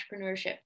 entrepreneurship